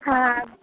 ओ